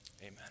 Amen